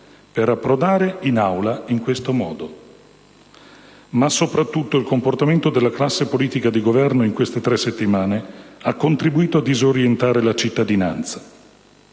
per approdare in Aula in questo modo. Ma, soprattutto, il comportamento della classe politica di governo in queste tre settimane ha contribuito a disorientare la cittadinanza: